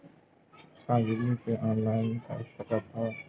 का बिजली के ऑनलाइन कर सकत हव?